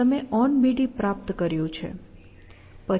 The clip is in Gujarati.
તમે onBD પ્રાપ્ત કર્યું છે